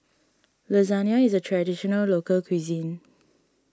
Lasagna is a Traditional Local Cuisine